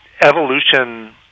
evolution